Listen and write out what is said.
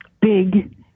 big